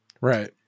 Right